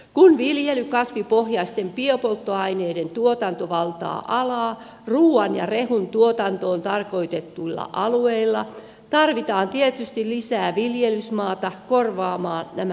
kun viljelykasvipohjaisten biopolttoaineiden tuotanto valtaa alaa ruuan ja rehun tuotantoon tarkoitetuilla alueilla tarvitaan tietysti lisää viljelysmaata korvaamaan nämä alueet